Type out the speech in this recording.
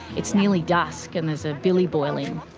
its nearly dusk, and there's a billy boiling,